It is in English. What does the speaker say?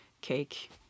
cake